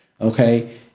okay